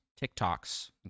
TikToks